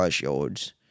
yards